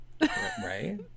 Right